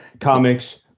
comics